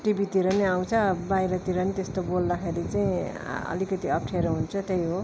टिभीतिर पनि आउँछ बाहिरतिर पनि त्यस्तो बोल्दाखेरि चाहिँ अलिकति अप्ठ्यारो हुन्छ त्यही हो